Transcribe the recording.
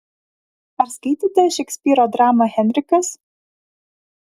ar skaitėte šekspyro dramą henrikas